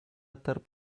tarp